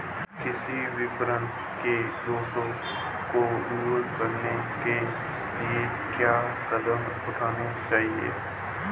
कृषि विपणन के दोषों को दूर करने के लिए क्या कदम उठाने चाहिए?